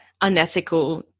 unethical